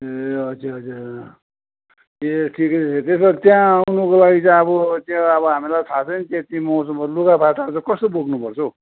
ए हजुर हजुर ए ठिकै छ त्यसोभए त्यहाँ आउनुको लागि चाहिँ अब त्यो हामीलाई थाहा छैन त्यति मौसमहरू लुगाफाटाहरू चाहिँ कस्तो बोक्नुपर्छ हो